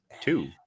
Two